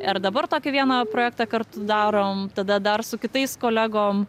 ir dabar tokį vieną projektą kartu darom tada dar su kitais kolegom